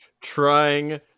trying